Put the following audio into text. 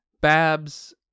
Babs